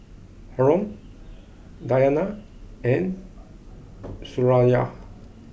Haron Diyana and Suraya